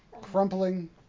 crumpling